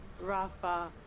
Rafa